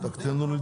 על